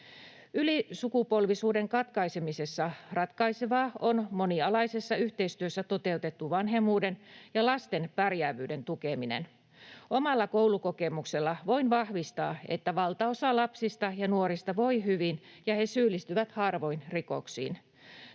Ylisukupolvisuuden katkaisemisessa ratkaisevaa on monialaisessa yhteistyössä toteutettu vanhemmuuden ja lasten pärjäävyyden tukeminen. Omalla koulukokemuksella voin vahvistaa, että valtaosa lapsista ja nuorista voi hyvin ja syyllistyy harvoin rikoksiin.